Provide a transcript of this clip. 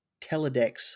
Teledex